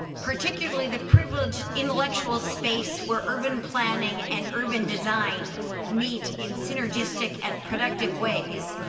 particularly the privileged intellectual space where urban planning and urban design meet in synergistic and productive ways,